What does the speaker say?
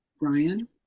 Brian